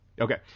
Okay